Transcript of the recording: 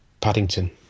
Paddington